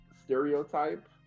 stereotype